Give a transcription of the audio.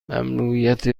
ممنوعیت